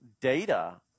data